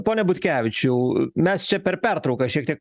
pone butkevičiau mes čia per pertrauką šiek tiek